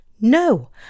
No